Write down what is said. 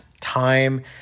time